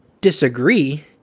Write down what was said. disagree